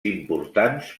importants